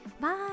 Bye